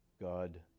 God